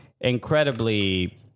incredibly